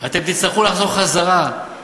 אתם תצטרכו לחזור למשרדים,